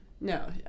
no